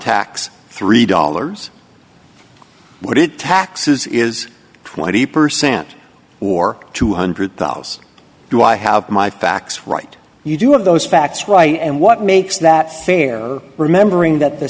tax three dollars what it taxes is twenty percent or two hundred dollars do i have my facts right you do have those facts right and what makes that fair remembering that the